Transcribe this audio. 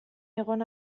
egon